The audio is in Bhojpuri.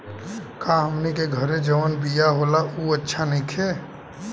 का हमनी के घरे जवन बिया होला उ अच्छा नईखे?